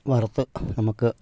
വറുത്ത് നമുക്ക്